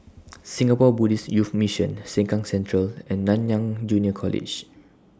Singapore Buddhist Youth Mission Sengkang Central and Nanyang Junior College